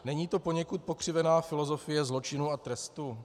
Není to poněkud pokřivená filozofie zločinu a trestu?